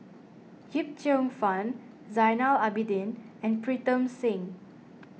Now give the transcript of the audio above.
Yip Cheong Fun Zainal Abidin and Pritam Singh